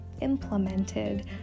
implemented